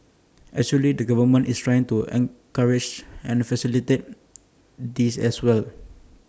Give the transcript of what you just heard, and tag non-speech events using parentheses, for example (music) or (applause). actually the government is trying to encourage (noise) and facilitate (noise) this as well